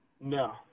No